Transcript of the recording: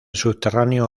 subterráneo